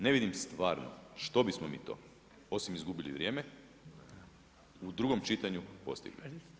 Ne vidim stvarno, što bismo mi to, osim izgubili vrijeme, u drugom čitanju postigli.